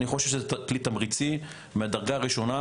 אני חושב שזה כלי תמריצי מהדרגה הראשונה